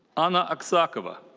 anna axakova.